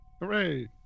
hooray